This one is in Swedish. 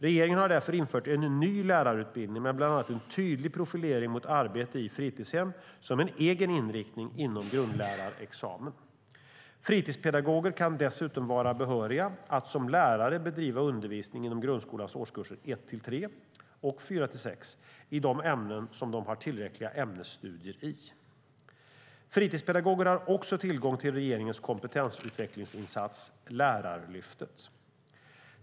Regeringen har därför infört en ny lärarutbildning med bland annat en tydlig profilering mot arbete i fritidshem som en egen inriktning inom grundlärarexamen. Fritidspedagoger kan dessutom vara behöriga att som lärare bedriva undervisning inom grundskolans årskurser 1-3 och 4-6 i de ämnen som de har tillräckliga ämnesstudier i. Fritidspedagoger har också tillgång till regeringens kompetensutvecklingsinsats Lärarlyftet.